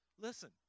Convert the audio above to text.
listen